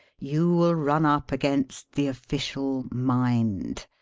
you will run up against the official mind.